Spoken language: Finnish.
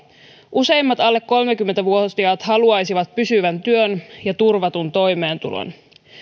useimmat alle kolmekymmentä vuotiaat haluaisivat pysyvän työn ja turvatun toimeentulon